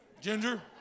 Ginger